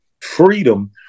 freedom